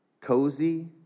cozy